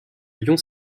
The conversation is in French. lyon